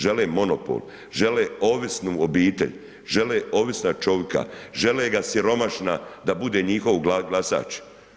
Žele monopol, žele ovisnu obitelj, žele ovisna čovjeka, žele ga siromašna da bude njihov glasač.